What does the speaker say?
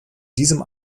diesem